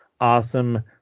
awesome